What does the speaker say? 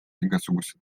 igasugused